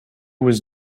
was